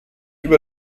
über